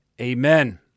amen